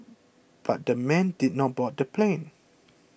but the men did not board the plane